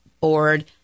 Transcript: board